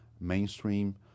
mainstream